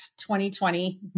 2020